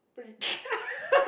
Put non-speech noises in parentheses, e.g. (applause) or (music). (laughs)